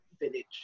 village